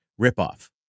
ripoff